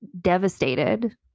devastated